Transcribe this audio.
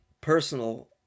personal